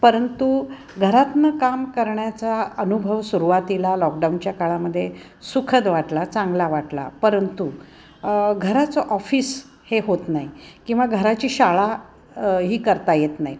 परंतु घरातनं काम करण्याचा अनुभव सुरवातीला लॉकडाऊनच्या काळामध्ये सुखद वाटला चांगला वाटला परंतु घराचं ऑफिस हे होत नाही किंवा घराची शाळा ही करता येत नाही